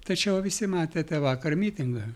tačiau visi matėte vakar mitingą